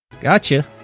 gotcha